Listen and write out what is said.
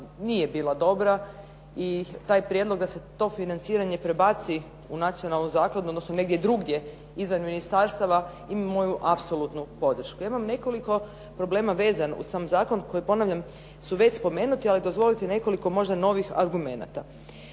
nije bila dobra i taj prijedlog da se to financiranje prebaci u nacionalnu zakladu odnosno negdje drugdje izvan ministarstava, ima moju apsolutnu podršku. Ja imam nekoliko problema vezano uz sam zakon koji ponavljam su već spomenuti, ali dozvolite nekoliko možda novih argumenata.